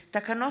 זנדברג,